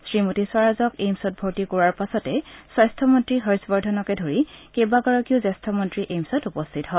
শ্ৰীমতী স্বৰাজক এইমচত ভৰ্তি কৰোৱাৰ পাছতে স্বাস্থ্যমন্ত্ৰী হৰ্ষবৰ্ধনকে ধৰি কেইবাগৰাকীও জ্যেষ্ঠ মন্ত্ৰী এইমচত উপস্থিত হয়